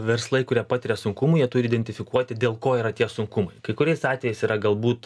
verslai kurie patiria sunkumų jie turi identifikuoti dėl ko yra tie sunkumai kai kuriais atvejais yra galbūt